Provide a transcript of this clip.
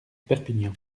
perpignan